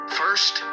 first